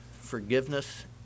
forgiveness